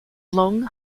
long